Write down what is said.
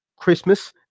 Christmas